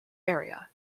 area